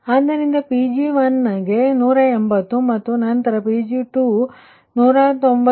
ಆದ್ದರಿಂದ Pg1 ಗೆ 180 ಮತ್ತು ನಂತರ Pg2 ಮಾತ್ರ 199